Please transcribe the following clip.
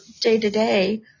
day-to-day